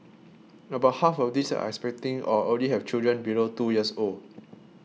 about half of these are expecting or already have children below two years old